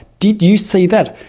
did you see that!